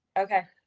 okay.